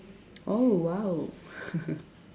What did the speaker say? oh !wow!